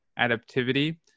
adaptivity